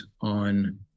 on